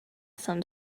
some